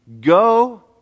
Go